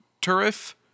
Turf